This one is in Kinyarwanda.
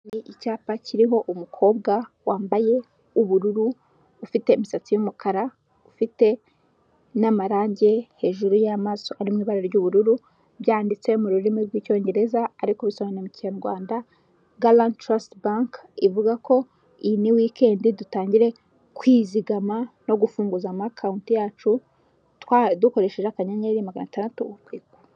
Ni icyapa kiriho umukobwa wambaye ubururu, ufite imisatsi y'umukara, ufite n'amarangi hejuru y'amaso ari mu ibara ry'ubururu, byanditse mu rurimi rw' Icyongereza ariko bisobanura mu Kinyarwanda Guarant trust bank, ivuga ko iyi ni wikendi dutangire kwizigama no gufunguza amakonti yacu, dukoresheje akanyenyeri magana atandatu urwego.